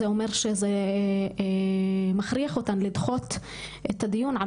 זה אומר שזה מכריח אותן לדחות את הדיון על